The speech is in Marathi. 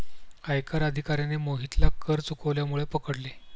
आयकर अधिकाऱ्याने मोहितला कर चुकवल्यामुळे पकडले